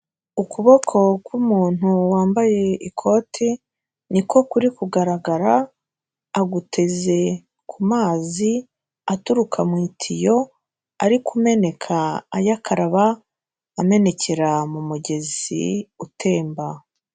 Ukuboko k'umuntu wambaye ikoti, niko kuri kugaragara, aguteze ku mazi aturuka mu itiyo, ari kumeneka ayakaraba, amenekera mu mugezi, utemba.